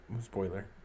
Spoiler